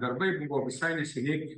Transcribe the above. darbai buvo visai neseniai